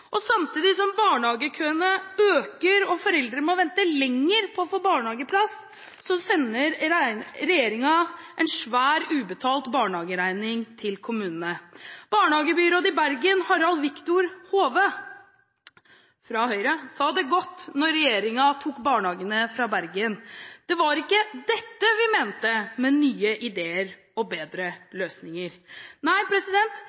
Samtidig som barnehagekøene øker og foreldre må vente lenger på å få barnehageplass, sender regjeringen en svær, ubetalt barnehageregning til kommunene. Barnehagebyrådet i Bergen, Harald Victor Hove fra Høyre, sa det godt, da regjeringen tok barnehagene fra Bergen: «Det var ikke dette vi mente med «nye ideer, bedre løsninger».» Nei,